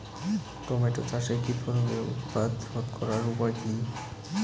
Tomato চাষে কীটপতঙ্গের উৎপাত রোধ করার উপায় কী?